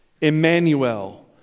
Emmanuel